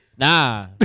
Nah